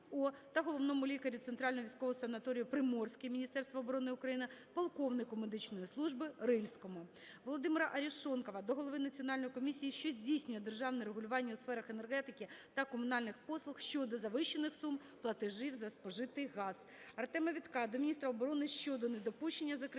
О. та головному лікарю Центрального військового санаторію "Приморський" Міністерства оборони України, полковнику медичної служби Рильському. Володимира Арешонкова до голови Національної комісії, що здійснює державне регулювання у сферах енергетики та комунальних послуг щодо завищених сум платежів за спожитий газ. Артема Вітка до міністра оборони щодо недопущення закриття